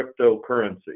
cryptocurrency